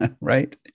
right